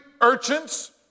urchins